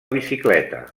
bicicleta